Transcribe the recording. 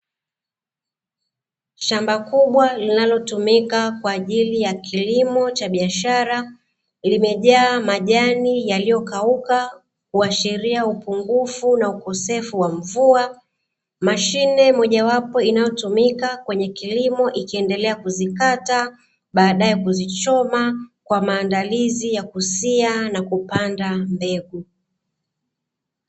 Shamba kubwa linalotumika kwa ajili ya kilimo cha biashara, limejaa majani yaliyokauka, kuashiria upungufu na ukosefu wa mvua. Mashine mojawapo inayotumika kwenye kilimo ikiendelea kuzikata, baadae kuzichoma kwa maandalizi ya kusia na kupanda mbegu.